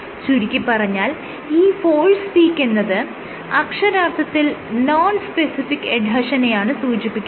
ചുരുക്കിപ്പറഞ്ഞാൽ ഈ ഫോഴ്സ് പീക്കെന്നത് അക്ഷരാർത്ഥത്തിൽ നോൺ സ്പെസിഫിക് എഡ്ഹെഷനെയാണ് സൂചിപ്പിക്കുന്നത്